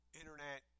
internet